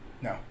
No